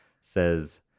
says